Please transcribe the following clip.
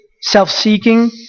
self-seeking